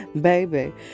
Baby